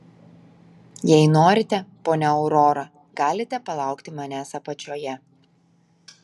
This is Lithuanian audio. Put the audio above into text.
jei norite ponia aurora galite palaukti manęs apačioje